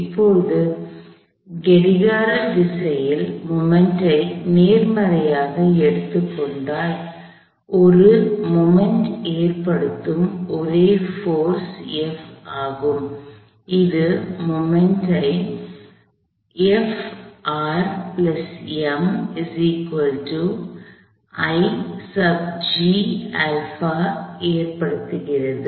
இப்போது கடிகார திசையில் மொமெண்ட் களை நேர்மறையாக எடுத்துக் கொண்டால் ஒரு மொமெண்ட் ஐ momentகணம் ஏற்படுத்தும் ஒரே போர்ஸ் F ஆகும் அது ஒரு மொமெண்ட் ஐ ஏற்படுத்துகிறது